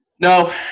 No